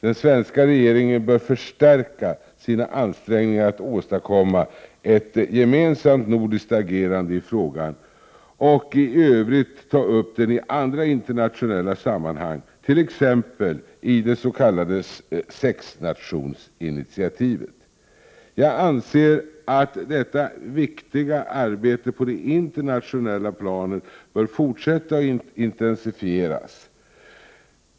Den svenska regeringen bör förstärka sina ansträngningar att åstadkomma ett gemensamt nordiskt agerande i frågan och i övrigt ta upp den i andra internationella sammanhang, t.ex. i det s.k. sexnationsinitiativet. Jag anser att detta viktiga arbete på det internationella planet bör fortsätta och intensifieras.